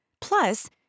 Plus